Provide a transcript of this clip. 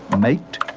maked?